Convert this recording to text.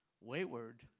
wayward